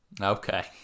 Okay